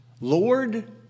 Lord